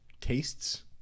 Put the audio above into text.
tastes